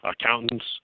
accountants